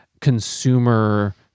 consumer